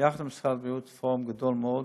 ביחד עם משרד הבריאות, פורום גדול מאוד.